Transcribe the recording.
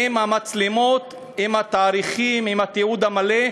עם המצלמות, עם התאריכים, עם התיעוד המלא,